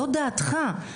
זו דעתך, עופר.